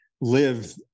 live